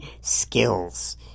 skills